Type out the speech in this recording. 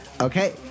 Okay